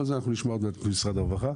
אבל זה אנחנו נשמע עוד מעט ממשרד הרווחה.